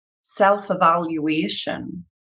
self-evaluation